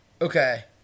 Okay